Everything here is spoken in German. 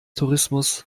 tourismus